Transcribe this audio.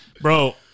Bro